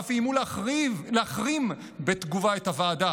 ואף איימו להחרים בתגובה את הוועדה.